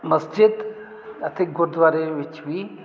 ਮਸਜਿਦ ਅਤੇ ਗੁਰਦੁਆਰੇ ਵਿੱਚ ਵੀ